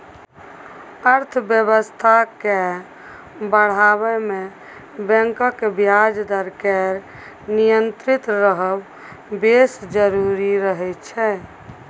अर्थबेबस्था केँ बढ़य मे बैंकक ब्याज दर केर नियंत्रित रहब बेस जरुरी रहय छै